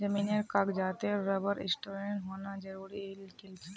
जमीनेर कागजातत रबर स्टैंपेर होना जरूरी हइ गेल छेक